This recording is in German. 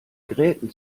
gräten